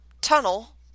tunnel